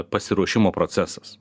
pasiruošimo procesas